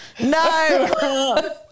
No